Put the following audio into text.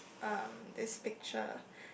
um this picture